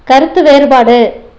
கருத்து வேறுபாடு